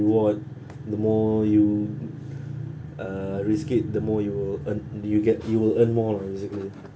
reward the more you uh risk it the more you will earn you will get you will earn more lah basically